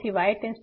તેથી y → 0